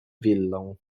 willą